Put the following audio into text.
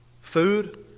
Food